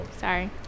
Sorry